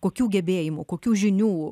kokių gebėjimų kokių žinių